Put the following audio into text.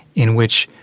in which,